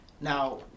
Now-